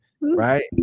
Right